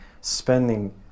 spending